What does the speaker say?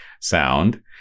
sound